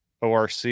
ORC